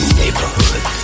neighborhood